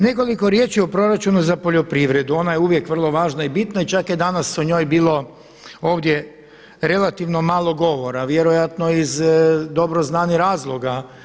Nekoliko riječi o proračunu za poljoprivredu, ona je uvijek vrlo važna i bitna i čak je danas o njoj bilo ovdje relativno malo govora, vjerojatno iz dobro znanih razloga.